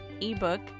ebook